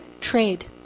trade